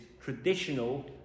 traditional